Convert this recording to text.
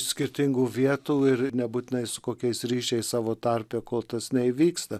skirtingų vietų ir nebūtinai su kokiais ryšiais savo tarpe kol tas neįvyksta